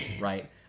right